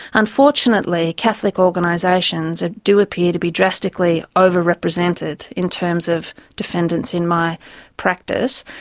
unfortunately catholic organisations ah do appear to be drastically over-represented in terms of defendants in my practice,